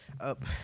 up